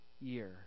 year